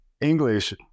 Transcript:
English